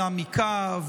מעמיקה,